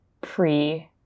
pre-